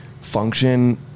function